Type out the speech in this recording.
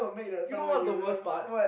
you know what's the worst part